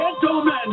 Gentlemen